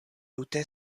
tute